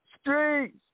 Streets